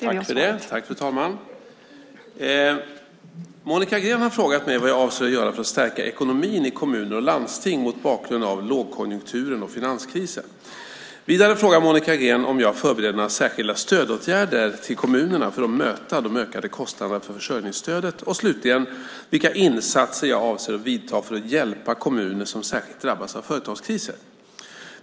Fru talman! Monica Green har frågat mig vad jag avser att göra för att stärka ekonomin i kommuner och landsting mot bakgrund av lågkonjunkturen och finanskrisen. Vidare frågar Monica Green om jag förbereder några särskilda stödåtgärder till kommunerna för att möta de ökade kostnaderna för försörjningsstödet och slutligen vilka insatser jag avser att vidta för att hjälpa kommuner som särskilt drabbats av företagskriser.